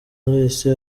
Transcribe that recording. wese